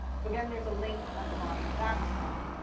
so again, there's a link at the bottom of that screen.